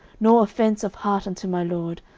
nor offence of heart unto my lord,